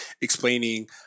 explaining